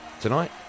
tonight